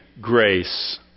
grace